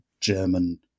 German